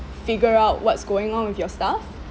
figure out what's going on with your staff